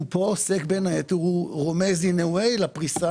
הוא רומז לפריסה.